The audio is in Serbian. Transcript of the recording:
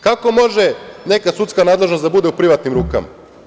Kako može neka sudska nadležnost da bude u privatnim rukama?